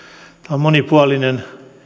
on monipuolinen